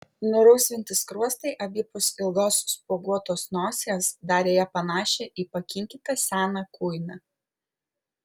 nurausvinti skruostai abipus ilgos spuoguotos nosies darė ją panašią į pakinkytą seną kuiną